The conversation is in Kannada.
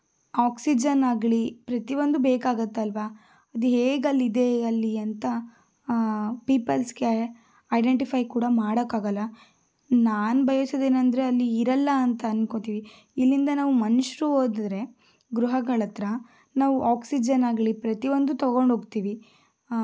ಆಕ್ಸಿಜನ್ ಆಗಲಿ ಪ್ರತಿಯೊಂದು ಬೇಕಾಗತ್ತಲ್ವಾ ಅದು ಹೇಗಲ್ಲಿದೆ ಅಲ್ಲಿ ಅಂತ ಪೀಪಲ್ಸ್ಗೆ ಐಡೆಂಟಿಫೈ ಕೂಡ ಮಾಡೋಕ್ಕಾಗಲ್ಲ ನಾನು ಬಯಸುದೇನಂದ್ರೆ ಅಲ್ಲಿ ಇರಲ್ಲಾಂತ ಅನ್ಕೋತೀವಿ ಇಲ್ಲಿಂದ ನಾವು ಮನುಷ್ಯರು ಹೋದರೆ ಗ್ರಹಗಳ ಹತ್ರ ನಾವು ಆಕ್ಸಿಜನ್ ಆಗಲಿ ಪ್ರತಿಯೊಂದು ತಗೊಂಡೋಗ್ತಿವಿ